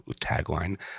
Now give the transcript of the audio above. tagline